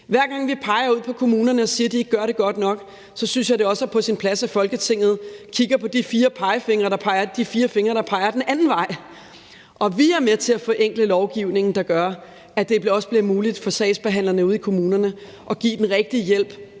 Hver gang vi peger ud på kommunerne og siger, at de ikke gør det godt nok, synes jeg, at det også er på sin plads, at Folketinget også kigger på de fire fingre, der peger den anden vej. Og vi har med til at forenkle lovgivningen, der gør, at det også bliver muligt for sagsbehandlerne ude i kommunerne at give den rigtige hjælp